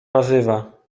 nazywa